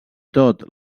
tot